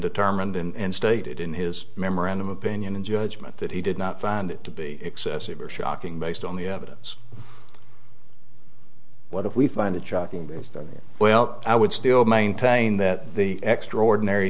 determined and stated in his memorandum opinion and judgment that he did not find it to be excessive or shocking based on the evidence what if we find it shocking that well i would still maintain that the extraordinary